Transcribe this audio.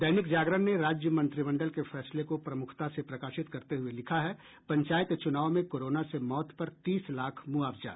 दैनिक जागरण ने राज्य मंत्रिमंडल के फैसले को प्रमुखता से प्रकाशित करते हुए लिखा है पंचायत चुनाव में कोरोना से मौत पर तीस लाख मुआवजा